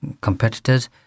competitors